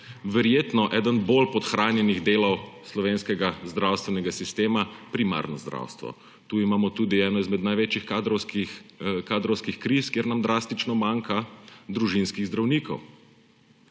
verjetno eden bolj podhranjenih delov slovenskega zdravstvenega sistema primarno zdravstvo. Tu imamo tudi eno izmed največjih kadrovskih kriz, kjer nam drastično manjka družinskih zdravnikov.